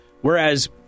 whereas